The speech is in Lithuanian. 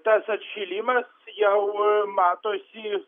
tas atšilimas jau matosi